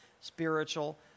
spiritual